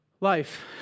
Life